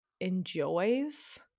enjoys